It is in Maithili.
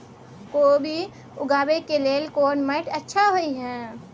कोबी उगाबै के लेल कोन माटी अच्छा होय है?